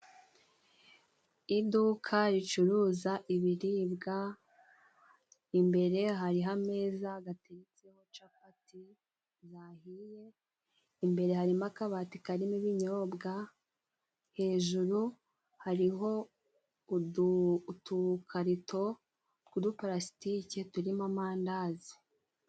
Iduka ricuruza ibiribwa, imbere hariho ameza ateretseho capati zahiye, imbere harimo akabati karimo ibinyobwa, hejuru hariho udukarito tw'uduparasitike turimo amandazi.